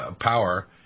power